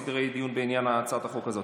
ושם ייקבעו סדרי דיון בעניין הצעת החוק הזאת.